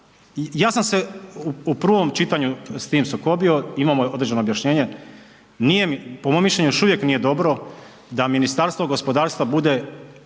Ja sam se u prvom čitanju s tim sukobio, imamo određeno objašnjenje. Nije mi, po mom mišljenju još uvijek nije dobro da Ministarstvo gospodarstva bude